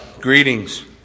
Greetings